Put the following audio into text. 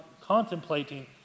contemplating